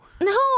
No